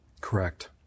Correct